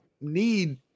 need